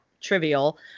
trivial